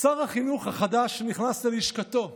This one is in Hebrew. שר החינוך החדש נכנס ללשכתו.